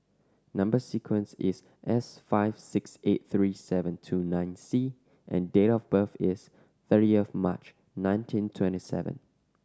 number sequence is S five six eight three seven two nine C and date of birth is thirtieth March nineteen twenty seven